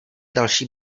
další